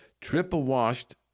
Triple-washed